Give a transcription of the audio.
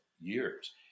years